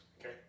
Okay